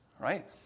right